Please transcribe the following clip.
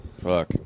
Fuck